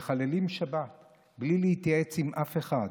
מחללים שבת בלי להתייעץ עם אף אחד.